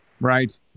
Right